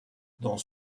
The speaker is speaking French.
dans